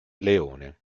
leone